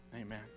Amen